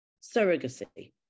surrogacy